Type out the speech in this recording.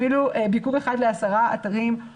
אפילו ביקור אחד ל-10 אתרים.